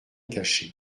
caché